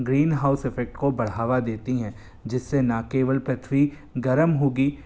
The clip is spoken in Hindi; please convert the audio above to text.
ग्रीन हाउस इफेक्ट को बढ़ावा देती हैं जिससे न केवल पृथ्वी गर्म होगी